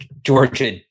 Georgia